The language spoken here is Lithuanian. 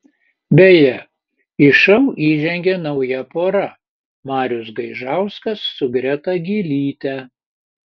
beje į šou įžengė nauja pora marius gaižauskas su greta gylyte